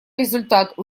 результат